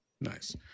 Nice